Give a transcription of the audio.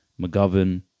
McGovern